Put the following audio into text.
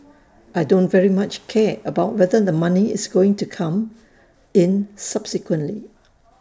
I don't very much care about whether the money is going to come in subsequently